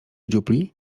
dziupli